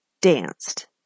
danced